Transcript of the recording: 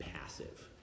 passive